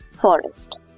forest